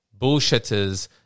bullshitters